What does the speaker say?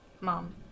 mom